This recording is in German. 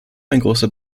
großer